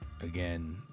Again